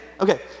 Okay